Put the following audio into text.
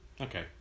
Okay